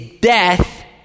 death